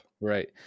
Right